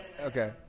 okay